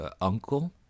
uncle